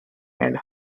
and